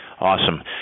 awesome